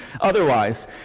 otherwise